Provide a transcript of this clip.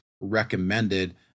recommended